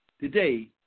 today